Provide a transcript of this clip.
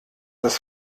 das